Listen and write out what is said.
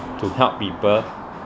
to help people